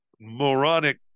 moronic